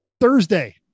Thursday